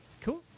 Cool